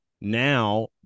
now